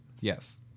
Yes